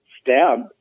stab